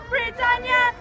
Britannia